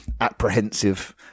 apprehensive